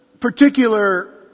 particular